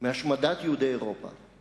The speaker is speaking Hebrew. מהשמדת יהודי אירופה הוא